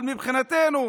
אבל מבחינתנו,